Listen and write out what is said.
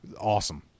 Awesome